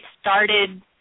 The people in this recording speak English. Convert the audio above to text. started